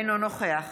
אינו נוכח